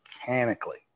mechanically